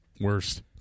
Worst